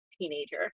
teenager